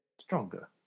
stronger